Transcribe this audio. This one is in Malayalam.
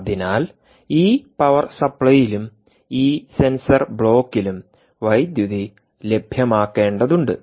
അതിനാൽ ഈ പവർ സപ്ലൈയിലും ഈ സെൻസർ ബ്ലോക്കിലുംsensor block വൈദ്യുതി ലഭ്യമാക്കേണ്ടതുണ്ട്